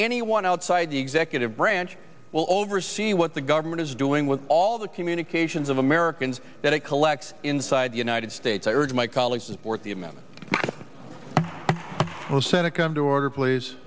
anyone outside the executive branch will oversee what the government is doing with all the communications of americans that it collects inside the united states i urge my colleagues support the amount the senate come to order please